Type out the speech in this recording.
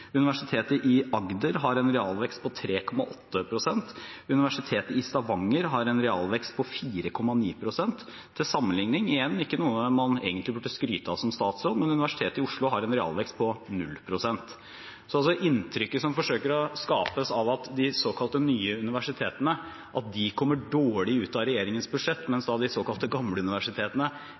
Universitetet i Agder har en realvekst på 3,8 pst., Universitetet i Stavanger har en realvekst på 4,9 pst. Til sammenligning – igjen ikke noe man egentlig burde skryte av som statsråd – har Universitetet i Oslo en realvekst på 0 pst. Så inntrykket som forsøkes skapt av at de såkalte nye universitetene kommer dårlig ut av regjeringens budsjett, mens de såkalte gamle universitetene